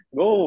go